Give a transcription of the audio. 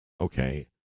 Okay